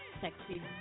sexy